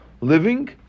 living